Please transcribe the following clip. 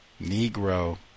Negro